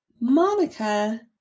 Monica